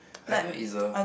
I know it's a